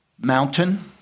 mountain